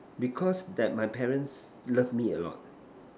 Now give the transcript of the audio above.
because that my parents love me a lot